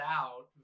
out